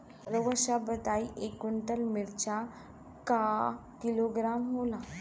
रउआ सभ बताई एक कुन्टल मिर्चा क किलोग्राम होला?